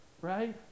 right